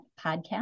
podcast